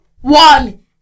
one